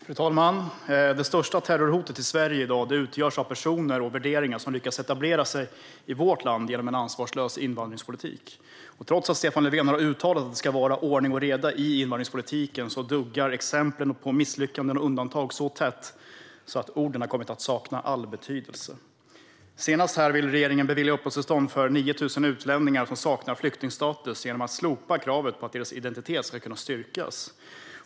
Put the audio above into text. Fru talman! Det största terrorhotet i Sverige i dag utgörs av personer och värderingar som lyckas etablera sig i vårt land genom en ansvarslös invandringspolitik. Trots att Stefan Löfven har uttalat att det ska vara ordning och reda i invandringspolitiken duggar exemplen på misslyckanden och undantag så tätt att orden har kommit att sakna all betydelse. Det senaste är att regeringen vill bevilja uppehållstillstånd för 9 000 utlänningar som saknar flyktingstatus genom att slopa kravet på att deras identitet ska kunna styrkas.